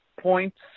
points